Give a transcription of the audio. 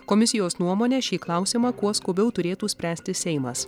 komisijos nuomone šį klausimą kuo skubiau turėtų spręsti seimas